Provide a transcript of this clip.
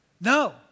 No